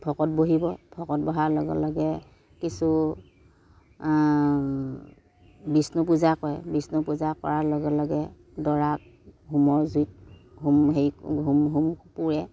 ভকত বহিব ভকত বহা লগে লগে কিছু বিষ্ণু পূজা কৰে বিষ্ণু পূজা কৰাৰ লগে লগে দৰাক হোমৰ জুইত হোম হেৰি হোম হোম পুৰে